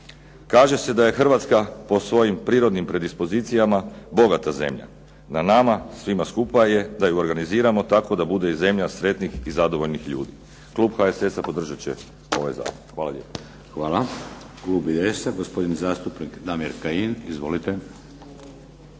Kaže se da je Hrvatska po svojim prirodnim predispozicijama bogata zemlja, na nama svima skupa je da ju organiziramo tako da bude zemlja sretnih i zadovoljnih ljudi. Klub HSS-a podržat će ovaj zakon. Hvala. **Šeks, Vladimir (HDZ)** Hvala. Klub IDS-a gospodin zastupnik Damir Kajin. Izvolite.